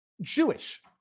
jewish